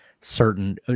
certain